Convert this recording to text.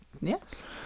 Yes